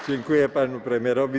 Dziękuję panu premierowi.